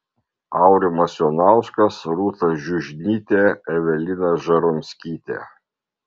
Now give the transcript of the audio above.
aurimas jonauskas rūta žiužnytė evelina žaromskytė